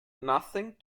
nothing